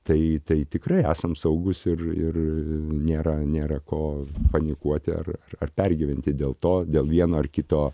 tai tai tikrai esam saugūs ir ir nėra nėra ko panikuoti ar ar ar pergyventi dėl to dėl vieno ar kito